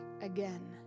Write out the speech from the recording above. again